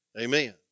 Amen